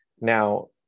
now